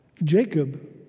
Jacob